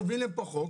אנחנו מביאים לפה חוק,